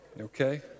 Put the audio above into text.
Okay